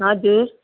हजुर